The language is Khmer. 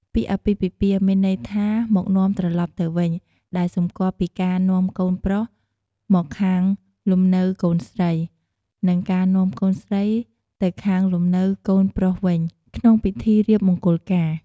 ពាក្យ "អាពាហ៍ពិពាហ៍" មានន័យថា "មកនាំត្រឡប់ទៅវិញ" ដែលសម្គាល់ពីការនាំកូនប្រុសមកខាងលំនៅកូនស្រី និងការនាំកូនស្រីទៅខាងលំនៅកូនប្រុសវិញ ក្នុងពិធីរៀបមង្គលការ។